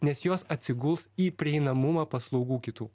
nes jos atsiguls į prieinamumą paslaugų kitų